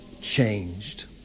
changed